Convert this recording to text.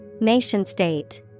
Nation-state